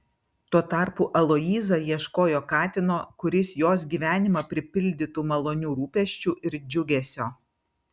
tuo tarpu aloyza ieškojo katino kuris jos gyvenimą pripildytų malonių rūpesčių ir džiugesio